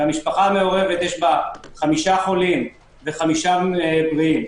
שיש בה חמישה חולים וחמישה בריאים,